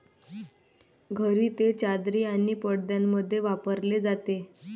घरी ते चादरी आणि पडद्यांमध्ये वापरले जाते